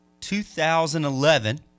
2011